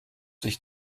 sich